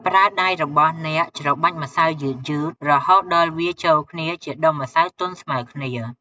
ប្រើដៃរបស់អ្នកច្របាច់ម្សៅយឺតៗ រហូតដល់វាចូលគ្នាជាដុំម្សៅទន់ស្មើគ្នា។